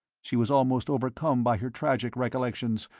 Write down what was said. she was almost overcome by her tragic recollections,